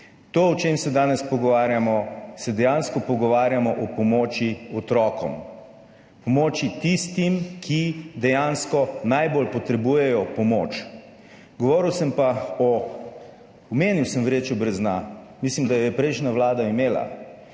To, o čemer se danes pogovarjamo, se dejansko pogovarjamo o pomoči otrokom, pomoči tistim, ki dejansko najbolj potrebujejo pomoč. Omenil sem vrečo brez dna, mislim, da jo je prejšnja vlada imela,